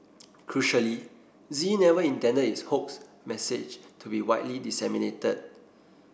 crucially Z never intended his hoax message to be widely disseminated